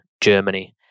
Germany